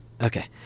okay